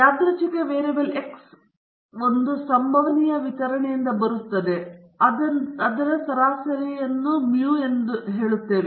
ಯಾದೃಚ್ಛಿಕ variable X ಒಂದು ಸಂಭವನೀಯ ವಿತರಣೆಯಿಂದ ಬರುತ್ತಿದೆ ಅದು ಸರಾಸರಿ ಮೌ ಅನ್ನು ಹೊಂದಿದೆ